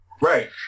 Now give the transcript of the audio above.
right